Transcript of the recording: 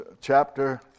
chapter